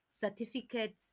certificates